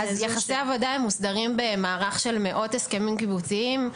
יחסי העבודה מוסדרים במערך של מאות הסכמים קיבוציים,